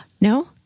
No